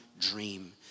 dream